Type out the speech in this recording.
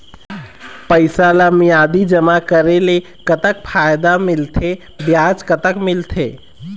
पैसा ला मियादी जमा करेले, कतक फायदा मिलथे, ब्याज कतक मिलथे?